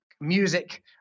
music